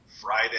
Friday